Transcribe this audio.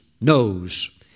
knows